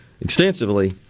extensively